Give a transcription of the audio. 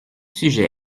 sujets